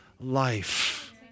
life